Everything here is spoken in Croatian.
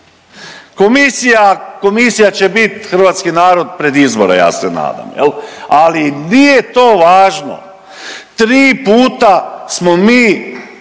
komisija će bit hrvatski narod pred izbore ja se nadam jel, ali nije to važno. Tri puta smo